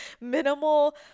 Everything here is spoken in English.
minimal